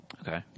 okay